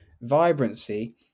vibrancy